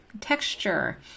texture